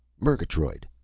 murgatroyd!